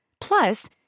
Plus